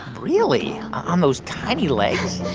really? on those tiny legs?